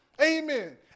Amen